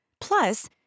Plus